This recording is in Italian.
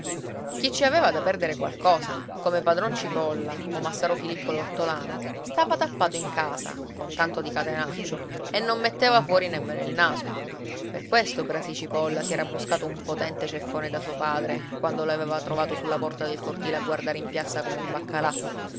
chi ci aveva da perdere qualcosa come padron cipolla o massaro filippo l'ortolano stava tappato in casa con tanto di catenaccio e non metteva fuori nemmeno il naso per questo brasi cipolla si era buscato un potente ceffone da suo padre quando l'aveva trovato sulla porta del cortile a guardare in piazza come un baccalà